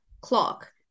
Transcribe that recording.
clock